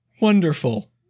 Wonderful